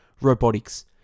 Robotics